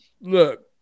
look